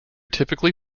typically